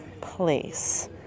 place